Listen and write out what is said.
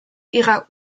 ihrer